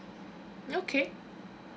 okay